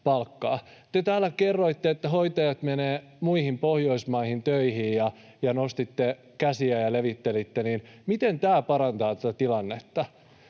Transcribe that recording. Te täällä kerroitte, että hoitajat menevät muihin Pohjoismaihin töihin, ja nostitte käsiä ja levittelitte. Miten tämä parantaa tätä tilannetta?